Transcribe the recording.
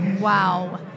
wow